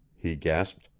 he gasped.